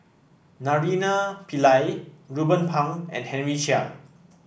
Naraina Pillai Ruben Pang and Henry Chia